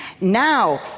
Now